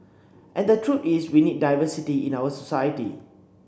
and the truth is we need diversity in our society